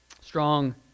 Strong